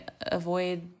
avoid